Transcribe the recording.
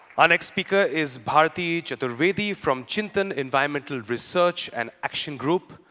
our next speaker is bharati chaturvedi from chintan environmental research and action group.